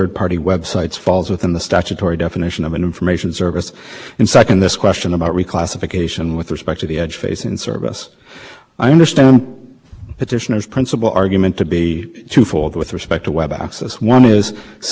be right it makes it sound like it would have been unreasonable for the commission to reach any other conclusion where i don't understand the commission to ever have said that that bear transportation capability constitutes an information service instead what i think the commission has a